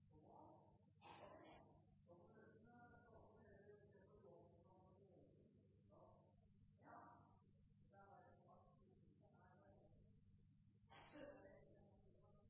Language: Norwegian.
og derfor er det